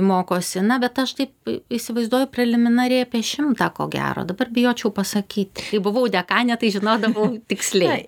mokosi na bet aš taip įsivaizduoju preliminariai apie šimtą ko gero dabar bijočiau pasakyt kai buvau dekanė tai žinodavau tiksliai